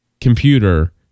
computer